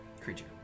creature